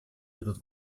этот